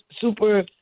super